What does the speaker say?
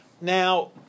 Now